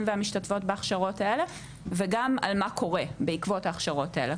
והמשתתפות בהכשרות האלה וגם על מה קורה בעקבות הכשרות האלה,